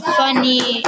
funny